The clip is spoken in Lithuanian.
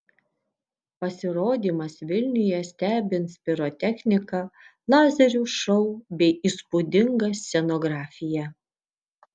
pasirodymas vilniuje stebins pirotechnika lazerių šou bei įspūdinga scenografija